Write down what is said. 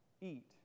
eat